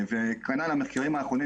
במחקרים האחרונים,